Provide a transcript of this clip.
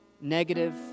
negative